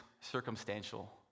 circumstantial